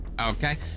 Okay